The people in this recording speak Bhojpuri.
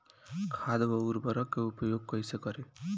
खाद व उर्वरक के उपयोग कईसे करी?